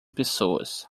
pessoas